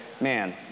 man